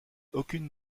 aucune